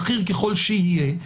בכיר ככל שיהיה,